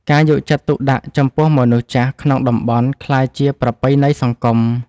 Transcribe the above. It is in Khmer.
ការយកចិត្តទុកដាក់ចំពោះមនុស្សចាស់ក្នុងតំបន់ក្លាយជាប្រពៃណីសង្គម។